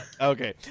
okay